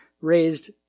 raised